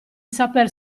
saper